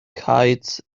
kites